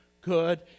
good